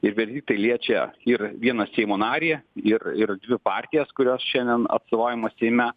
ir verdiktai liečia ir vieną seimo narį ir ir dvi partijas kurios šiandien atstovaujamos seime